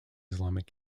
islamic